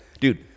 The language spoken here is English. Dude